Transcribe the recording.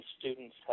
students